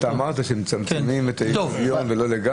אתה אמרת שמצמצמים אבל לא לגמרי --- טוב,